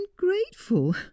ungrateful